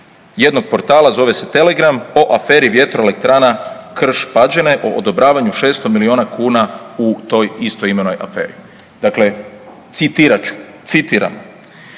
jednog portala zove se Telegram po aferi Vjetroelektrana Krš-Pađene o odobravanju 600 milijuna kuna u toj istoimenoj aferi. Dakle citirat ću, citiram: